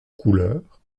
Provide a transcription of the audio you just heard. couleurs